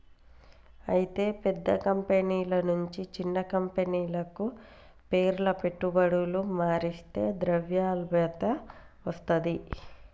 అయితే పెద్ద కంపెనీల నుంచి చిన్న కంపెనీలకు పేర్ల పెట్టుబడులు మర్లిస్తే ద్రవ్యలభ్యత వస్తది